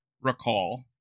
recall